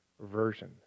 version